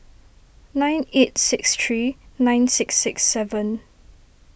nine eight six three nine six six seven